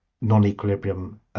non-equilibrium